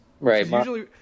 Right